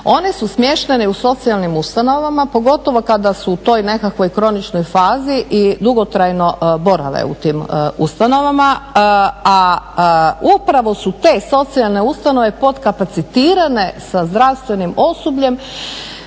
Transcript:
One su smještene i u socijalnim ustanovama pogotovo kada su u toj nekakvoj kroničnoj fazi i dugotrajno borave u tim ustanovama, a upravo su te socijalne ustanove potkapacitirane sa zdravstvenim osobljem